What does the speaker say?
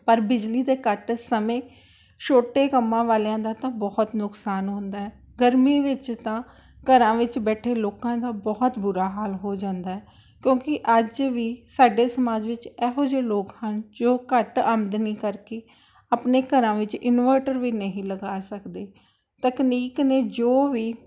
ਪਰ ਬਿਜਲੀ ਦੇ ਕੱਟ ਸਮੇਂ ਛੋਟੇ ਕੰਮਾਂ ਵਾਲਿਆਂ ਦਾ ਤਾਂ ਬਹੁਤ ਨੁਕਸਾਨ ਹੁੰਦਾ ਗਰਮੀ ਵਿੱਚ ਤਾਂ ਘਰਾਂ ਵਿੱਚ ਬੈਠੇ ਲੋਕਾਂ ਦਾ ਬਹੁਤ ਬੁਰਾ ਹਾਲ ਹੋ ਜਾਂਦਾ ਕਿਉਂਕਿ ਅੱਜ ਵੀ ਸਾਡੇ ਸਮਾਜ ਵਿੱਚ ਇਹੋ ਜਿਹੇ ਲੋਕ ਹਨ ਜੋ ਘੱਟ ਆਮਦਨੀ ਕਰਕੇ ਆਪਣੇ ਘਰਾਂ ਵਿੱਚ ਇਨਵਰਟਰ ਵੀ ਨਹੀਂ ਲਗਾ ਸਕਦੇ ਤਕਨੀਕ ਨੇ ਜੋ ਵੀ